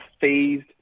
phased